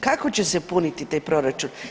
Kako će se puniti taj proračun?